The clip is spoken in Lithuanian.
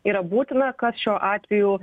yra būtina kas šiuo atveju